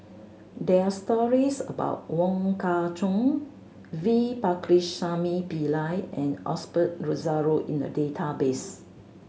there're stories about Wong Kah Chun V Pakirisamy Pillai and Osbert Rozario in the database